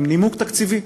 עם נימוק תקציבי.